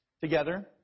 Together